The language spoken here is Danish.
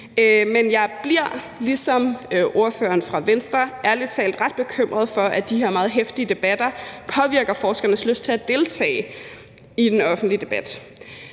Men jeg bliver, ligesom ordføreren for Venstre, ærlig talt ret bekymret for, at de her meget heftige debatter påvirker forskernes lyst til at deltage i den offentlige debat.